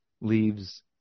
leaves